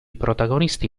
protagonisti